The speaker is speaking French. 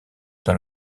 dans